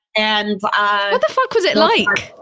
and ah what the fuck was it like?